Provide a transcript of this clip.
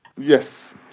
Yes